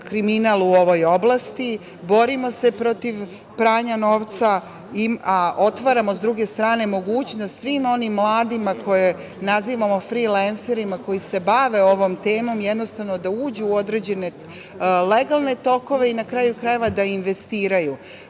kriminal u ovoj oblasti, borimo se protiv pranja novca, a otvaramo sa druge strane mogućnost svim onim mladima koje nazivamo frilenserima, koji se bave ovom temom, da uđu u određene legalne tokove i na kraju krajeva da investiraju. Čuli